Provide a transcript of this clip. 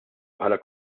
bħala